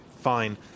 fine